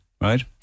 right